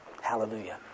hallelujah